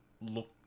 look